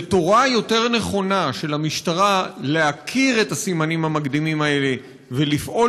ותורה יותר נכונה של המשטרה להכיר את הסימנים המקדימים האלה ולפעול